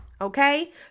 Okay